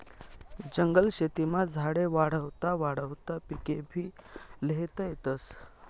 जंगल शेतीमा झाडे वाढावता वाढावता पिकेभी ल्हेता येतस